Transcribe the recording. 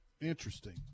interesting